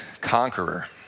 conqueror